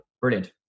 Brilliant